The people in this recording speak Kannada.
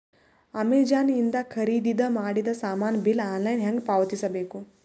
ಅಮೆಝಾನ ಇಂದ ಖರೀದಿದ ಮಾಡಿದ ಸಾಮಾನ ಬಿಲ್ ಆನ್ಲೈನ್ ಹೆಂಗ್ ಪಾವತಿಸ ಬೇಕು?